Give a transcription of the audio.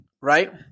right